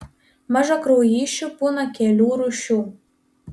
mažakraujysčių būna kelių rūšių